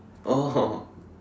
oh